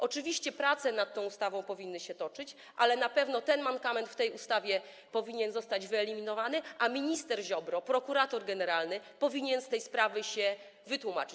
Oczywiście prace nad tą ustawą powinny się toczyć, ale na pewno ten mankament w tej ustawie powinien zostać wyeliminowany, a minister Ziobro, prokurator generalny, powinien z tej sprawy się wytłumaczyć.